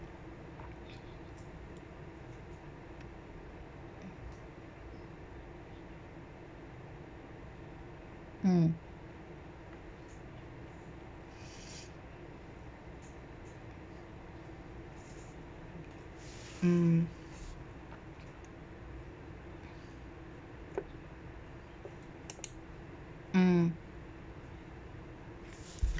mm mm mm